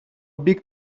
бик